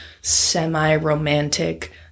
semi-romantic